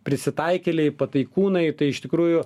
prisitaikėliai pataikūnai tai iš tikrųjų